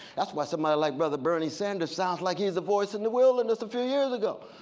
that's why somebody like brother bernie sanders sounds like he's the voice in the wilderness a few years ago.